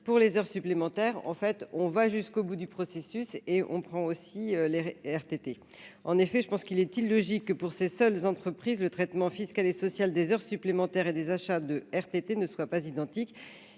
Pour les heures supplémentaires, en fait, on va jusqu'au bout du processus et on prend aussi les RTT, en effet, je pense qu'il est illogique que pour ses seules entreprises le traitement fiscal et social des heures supplémentaires et des achats de RTT ne soient pas identiques,